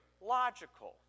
logical